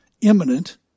imminent